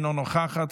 אינה נוכחת,